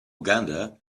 uganda